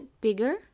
bigger